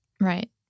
Right